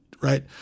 right